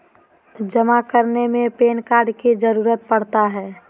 जमा करने में पैन कार्ड की जरूरत पड़ता है?